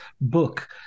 book